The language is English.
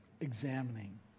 examining